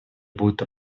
будут